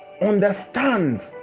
Understand